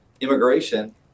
immigration